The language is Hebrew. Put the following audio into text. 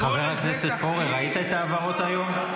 חבר הכנסת פורר, ראית את ההעברות היום?